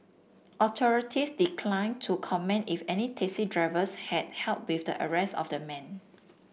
authorities declined to comment if any taxi drivers had help with the arrest of the man